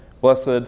blessed